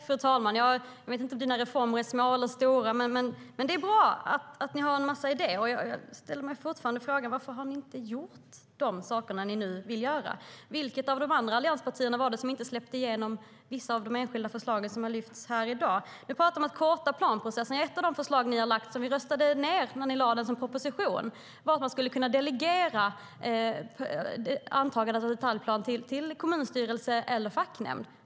Fru talman! Jag vet inte om era reformer är små eller stora, Nina Lundström. Men det är bra att ni har en massa idéer, och jag ställer fortfarande frågan: Varför har ni inte gjort de saker som ni nu vill göra? Vilket av de andra allianspartierna var det som inte släppte igenom vissa av de enskilda förslag som har lyfts fram här i dag? Du talar om att korta planprocessen. Ett av de förslag som ni har lagt fram, och som vi röstade ned när det lades fram i en proposition, var att man skulle kunna delegera antagandet av detaljplaner till kommunstyrelse eller facknämnd.